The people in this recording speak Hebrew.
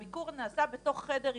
והביקור נעשה בתוך חדר ייעודי,